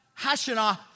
Hashanah